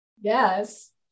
Yes